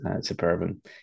superb